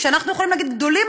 אנחנו יכולים להגיד גדולים,